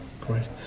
great